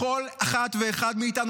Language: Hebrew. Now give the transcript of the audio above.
לכל אחת ואחד מאיתנו,